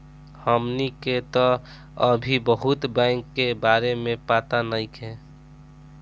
हमनी के तऽ अभी बहुत बैंक के बारे में पाता नइखे